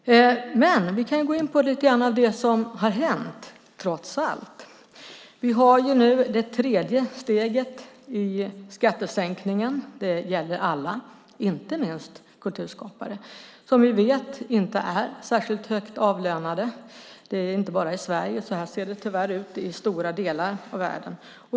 Vi kan gå in på lite grann av det som trots allt har hänt. Vi har nu det tredje steget i skattesänkningen. Det gäller alla, inte minst kulturskapare som vi vet inte är särskilt högt avlönade. Det är inte bara i Sverige. Så ser det tyvärr ut i stora delar av världen.